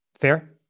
Fair